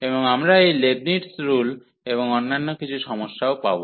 এবং আমরা এই লেবিনটজ রুল এবং অন্যান্য কিছু সমস্যাও পাব